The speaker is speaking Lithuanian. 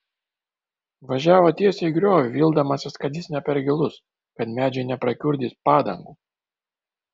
važiavo tiesiai į griovį vildamasis kad jis ne per gilus kad medžiai neprakiurdys padangų